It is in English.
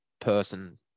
person